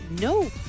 no